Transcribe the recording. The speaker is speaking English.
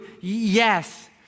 yes